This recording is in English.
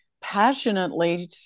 passionately